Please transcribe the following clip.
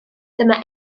dyma